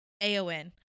Aon